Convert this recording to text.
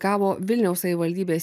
gavo vilniaus savivaldybės